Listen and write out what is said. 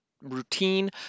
routine